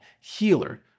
Healer